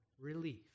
relief